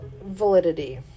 validity